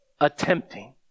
attempting